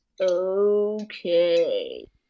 Okay